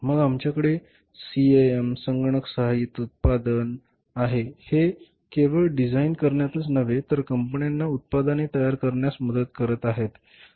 मग आमच्याकडे सीएएम संगणक सहाय्यित उत्पादन आहे हे केवळ डिझाइन करण्यातच नव्हे तर कंपन्यांना उत्पादने तयार करण्यात मदत करत आहे